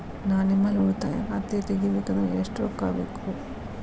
ನಾ ನಿಮ್ಮಲ್ಲಿ ಉಳಿತಾಯ ಖಾತೆ ತೆಗಿಬೇಕಂದ್ರ ಎಷ್ಟು ರೊಕ್ಕ ಬೇಕು?